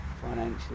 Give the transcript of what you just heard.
financially